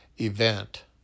event